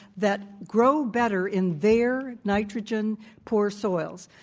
that grow better in their nitrogen poor soils.